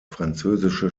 französische